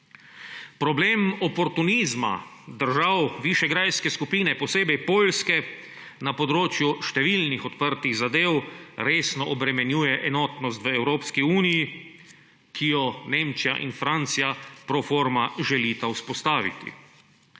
Problem oportunizma držav Višegrajske skupine, posebej Poljske, na področju številnih odprtih zadev resno obremenjuje enotnost v Evropski uniji, ki jo Nemčija in Francija pro forma želita vzpostaviti.